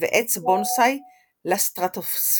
ועץ בונסאי לסטרטוספירה,